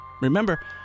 Remember